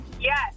Yes